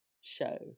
show